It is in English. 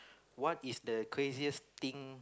what is the craziest thing